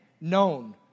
known